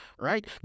right